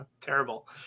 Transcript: Terrible